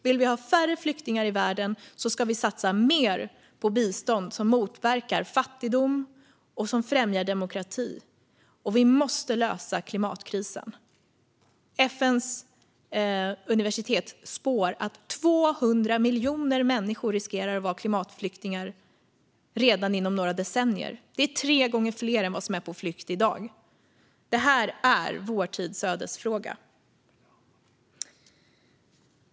Vill vi ha färre flyktingar i världen ska vi satsa mer på bistånd som motverkar fattigdom och som främjar demokrati. Vi måste också lösa klimatkrisen. FN:s universitet spår att 200 miljoner människor riskerar att vara klimatflyktingar redan inom några decennier. Det är tre gånger fler än vad som är på flykt i dag. Det här är vår tids ödesfråga.